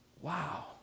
wow